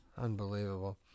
Unbelievable